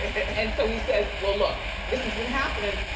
and so he says, well, look, this has been happening,